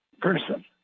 person